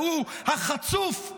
והוא החצוף,